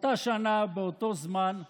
באותה שנה, באותו זמן,